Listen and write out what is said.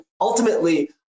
ultimately